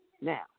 Now